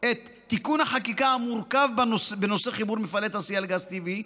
את תיקון החקיקה המורכב בנושא חיבור מפעלי תעשייה לגז טבעי,